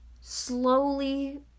slowly